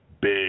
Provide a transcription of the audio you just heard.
Big